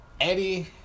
Eddie